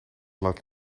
laat